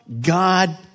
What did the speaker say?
God